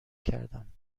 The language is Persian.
کردم